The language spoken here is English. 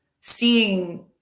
seeing